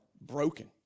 broken